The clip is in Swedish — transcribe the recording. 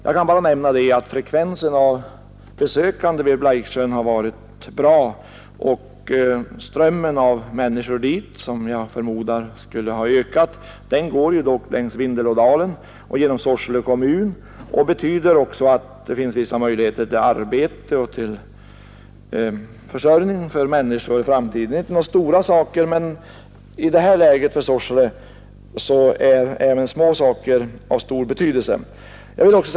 Jag kan bara nämna att besöksfrekvensen har vait bra och att strömmen av människor dit, som jag förmodar skulle ha ökat om anläggningen fått ligga kvar, går längs Vindelådalen och genom Sorsele kommun; en relativt kraftig ström av människor skulle också medföra möjligheter till arbete och ge försörjning för människor i framtiden. Det är inte några stora saker än, men i det här läget är även små saker av stor betydelse för Sorsele kommun.